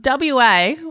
WA